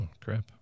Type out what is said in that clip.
Crap